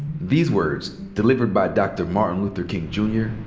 these words, delivered by dr. martin luther king jr.